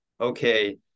okay